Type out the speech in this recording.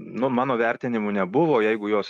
nu mano vertinimu nebuvo jeigu jos